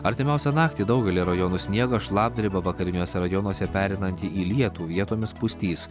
artimiausią naktį daugelyje rajonų sniegas šlapdriba vakariniuose rajonuose pereinanti į lietų vietomis pustys